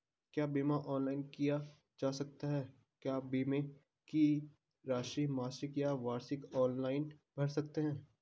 क्या बीमा ऑनलाइन किया जा सकता है क्या बीमे की राशि मासिक या वार्षिक ऑनलाइन भर सकते हैं?